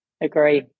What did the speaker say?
agree